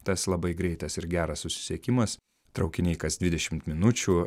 tas labai greitas ir geras susisiekimas traukiniai kas dvidešimt minučių